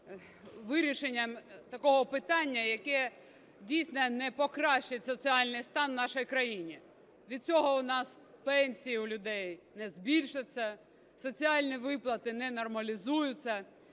вирішенням такого питання, яке дійсно не покращить соціальний стан в нашій країні. Від цього в нас пенсії у людей не збільшаться, соціальні виплати не нормалізуються.